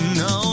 no